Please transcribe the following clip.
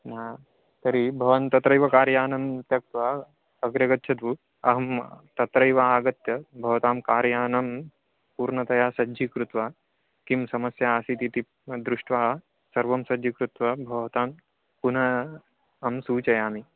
हा तर्हि भवान् तत्रैव कार्यानं त्यक्त्वा अग्रे गच्छतु अहं तत्रैव आगत्य भवतां कार्यानं पूर्णतया सज्जीकृत्वा किं समस्या आसीतिति दृष्ट्वा सर्वं सज्जीकृत्वा भवतां पुनः अं सूचयामि